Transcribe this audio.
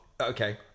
Okay